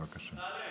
בבקשה.